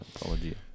Apology